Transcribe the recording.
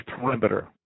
perimeter